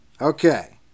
Okay